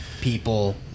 people